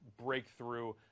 breakthrough